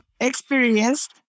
Experienced